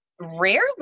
rarely